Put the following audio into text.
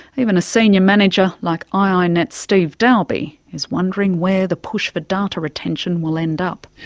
even a senior manager like ah ah and iinet's steve dalby is wondering where the push for data retention will end up.